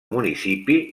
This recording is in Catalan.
municipi